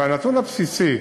אבל הנתון הבסיסי